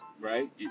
right